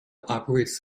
operates